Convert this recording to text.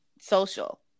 social